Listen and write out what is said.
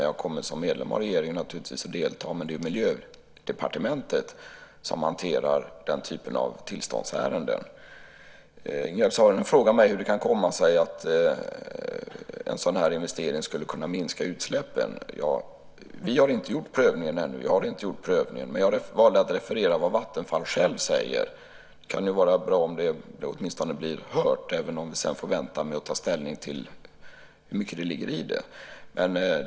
Jag kommer som medlem av regeringen naturligtvis att delta, men det är Miljödepartementet som hanterar den typen av tillståndsärenden. Ingegerd Saarinen frågar mig hur det kan komma sig att en sådan här investering skulle kunna minska utsläppen. Vi har inte gjort prövningen ännu, och jag har inte gjort någon prövning. Jag valde att referera vad Vattenfall självt säger. Det kan vara bra om det åtminstone blir hört, även om vi sedan får vänta med att ta ställning till hur mycket det ligger i det.